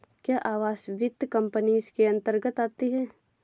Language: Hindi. क्या आवास वित्त कंपनी इसके अन्तर्गत आती है?